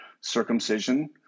Circumcision